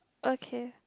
okay